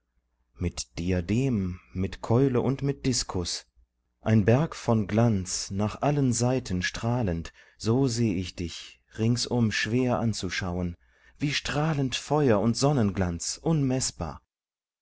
mit diadem mit keule und mit diskus ein berg von glanz nach allen seiten strahlend so seh ich dich ringsum schwer anzuschauen wie strahlend feu'r und sonnenglanz unmeßbar